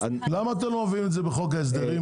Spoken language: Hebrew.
למה אתם לא מביאים את זה בחוק ההסדרים?